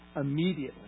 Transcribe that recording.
immediately